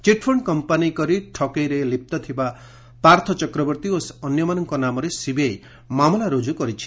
ଚିଟଫଶ୍ଡ company କରି ଠକେଇରେ ଲିପ୍ତ ଥିବା ପାର୍ଥ ଚକ୍ରବର୍ତ୍ତୀ ଓ ଅନ୍ୟମାନଙ୍କ ନାମରେ ସିବିଆଇ ମାମଲା ରୁଜୁ କରିଛି